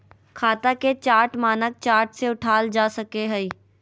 खाता के चार्ट मानक चार्ट से उठाल जा सकय हइ